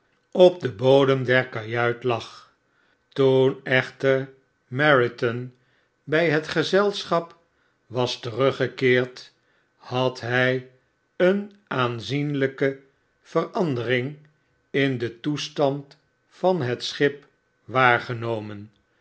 op den bodem der kajuit lag toen echter meriton bij het gezelschap was teruggekeerd had hij een aanzienlijke verandering in den toestand van het schip waargenomen